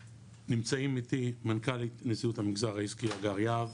נמצאים איתי מנכ"לית נשיאות המגזר העסקי הגר יהב,